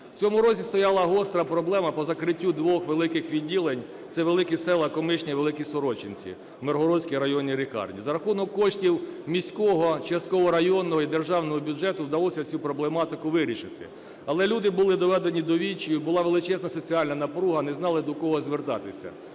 В цьому році стояла гостра проблема по закриттю двох великих відділень – це великі села Комишня і Великі Сорочинці – в Миргородській районній лікарні. За рахунок коштів міського, частково районного і державного бюджету вдалося цю проблематику вирішити. Але люди були доведені до відчаю, була величезна соціальна напруга, не знали, до кого звертатися.